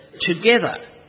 together